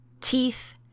teeth